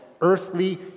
earthly